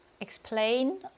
Explain